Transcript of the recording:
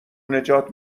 نجات